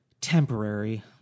temporary